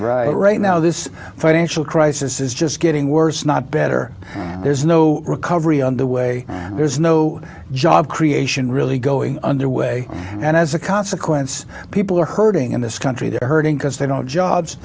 ality right now this financial crisis is just getting worse not better and there's no recovery underway there's no job creation really going underway and as a consequence people are hurting in this country they're hurting because they don't jobs